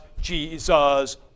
Jesus